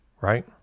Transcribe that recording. right